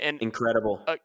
Incredible